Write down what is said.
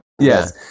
Yes